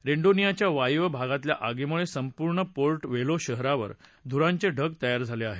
रोंडोनियाच्या वायव्य भागातल्या आगीमुळे संपूर्ण पोर्ट वेल्हो शहरावर धुरांचे ढग तायार झाले आहेत